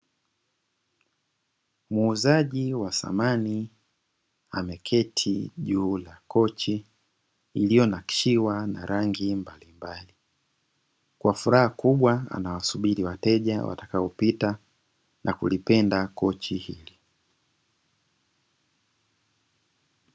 Muuzaji wa samani ameketi juu ya kochi iliyonakshiwa na rangi mbalimbali, kwa furaha kubwa anawasubiri wateja watakaopita na kulipenda kochi hili.